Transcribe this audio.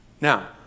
Now